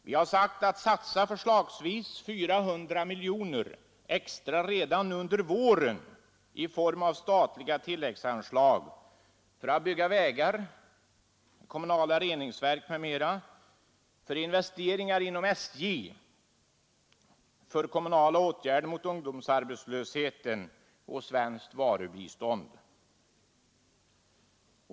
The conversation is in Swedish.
Vi har uppmanat regeringen att satsa förslagsvis 400 miljoner kronor extra redan under våren i form av statliga tilläggsanslag för att bygga vägar, kommunala reningsverk m.m., för investeringar inom SJ, för kommunala åtgärder mot ungdomsarbetslösheten och för svenskt varubistånd.